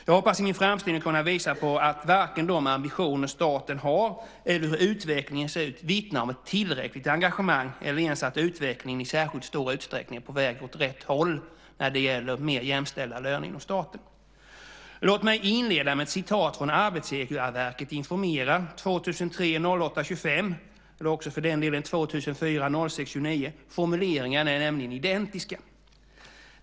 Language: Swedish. Jag hoppas i min framställning kunna visa på att varken de ambitioner staten har eller hur utvecklingen ser ut vittnar om ett tillräckligt engagemang eller ens att utvecklingen i särskilt stor utsträckning är på väg åt rätt håll när det gäller mer jämställda löner inom staten. Låt mig inleda med ett citat ur Arbetsgivarverket informerar den 25 augusti 2003 eller för den delen den 29 juni 2004. Formuleringarna är nämligen identiska.